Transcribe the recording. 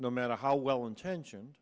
no matter how well intentioned